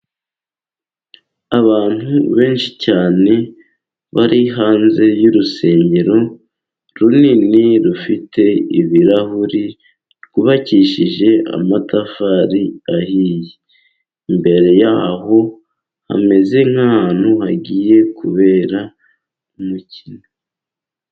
Abantu benshi cyane, bari hanze y'urusengero runini rufite ibirahuri, rwubakishije amatafari ahiye, imbere yaho hameze nk'ahantu, hagiye kubera umukino.